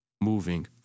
moving